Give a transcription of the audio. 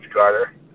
Carter